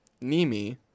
Nimi